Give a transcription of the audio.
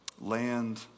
land